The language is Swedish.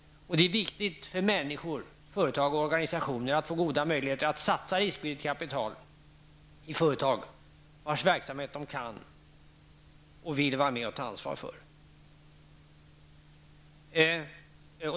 Och det är viktigt för människor, företag och organisationer att få goda möjligheter att satsa riskvilligt kapital i företag vilkas verksamhet de kan och vill vara med och ta ansvar för.